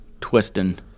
twisting